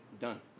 Done